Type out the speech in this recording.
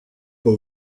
pas